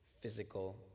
physical